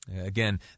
Again